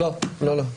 לא, לא.